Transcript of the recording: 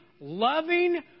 loving